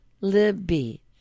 Libby